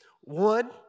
One